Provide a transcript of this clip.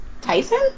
Tyson